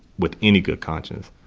with any good conscience,